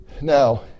Now